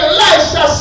Elisha